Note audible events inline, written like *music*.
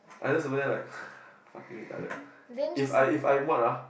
I just wear like *breath* fucking retarded *breath* if I if I'm what ah